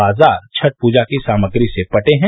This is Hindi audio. बाजार छठ पूजा की सामग्री से पटे हैं